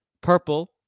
Purple